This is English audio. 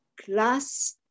class